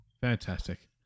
Fantastic